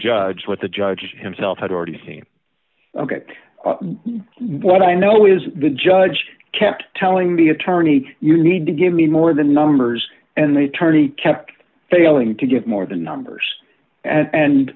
judge what the judge himself had already seen ok what i know is the judge kept telling the attorney you need to give me more the numbers and the tourney kept failing to give more the numbers and and